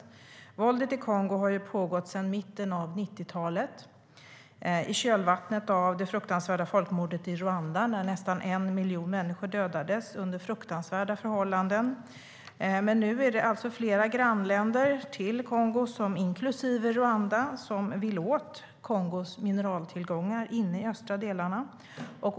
Våldet i Kongo har pågått sedan mitten av 90-talet i kölvattnet av det fruktansvärda folkmordet i Rwanda när nästan 1 miljon människor dödades under fruktansvärda förhållanden. Nu vill flera grannländer till Kongo, inklusive Rwanda, åt mineraltillgångarna i östra Kongo.